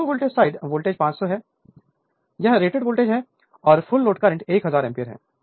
तो low voltage side voltage 500 है यह रेटेड वोल्टेज है और फुल लोड करंट 1000 एम्पीयर है